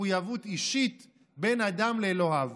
מחויבות אישית בין אדם לאלוהיו.